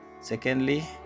Secondly